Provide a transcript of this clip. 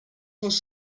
was